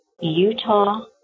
Utah